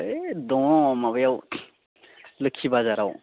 होइ दङ माबायाव लोक्षि बाजाराव